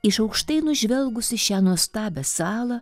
iš aukštai nužvelgusi šią nuostabią salą